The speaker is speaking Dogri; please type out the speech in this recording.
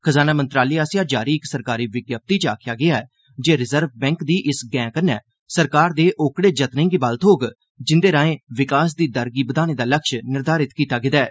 खजाना मंत्रालय आसेआ जारी इक सरकारी विज्ञप्ति च आखेआ गेआ ऐ जे रिजर्व बैंक दी इस गैंह कन्नै सरकार दे ओकड़े जतनें गी बल थ्होग जिंदे राए विकास दी दर गी बधाने दा लक्ष्य निर्घारित कीता गेआ ऐ